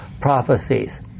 prophecies